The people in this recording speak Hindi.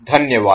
धन्यवाद